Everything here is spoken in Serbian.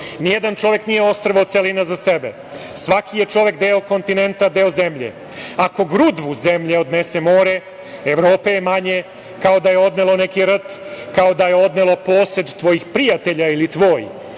Nijedan čovek nije ostrvo, celina za sebe, svaki je čovek deo kontinenta, deo zemlje. Ako grudvu zemlje odnesemo more, Evrope je manje kao da je odnelo neki rt, kao da je odnelo posed tvojih prijatelja ili tvoj.